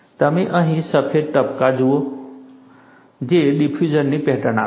તમે અહીં સફેદ ટપકાં જુઓ છો જે ડિફ્યુજનની પેટર્ન આપે છે